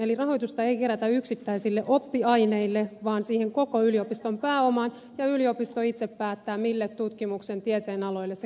eli rahoitusta ei kerätä yksittäisille oppiaineille vaan siihen koko yliopiston pääomaan ja yliopisto itse päättää mille tutkimuksen tieteen aloille se kohdistaa näitä tuottoja